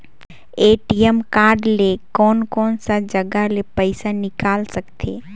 ATM card ले कोन कोन सा जगह ले पइसा निकाल सकथे?